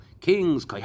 kings